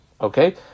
Okay